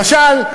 למשל,